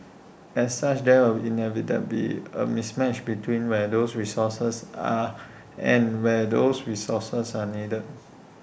as such there will inevitably A mismatch between where those resources are and where those resources are needed